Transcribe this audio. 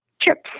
chips